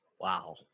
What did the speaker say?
Wow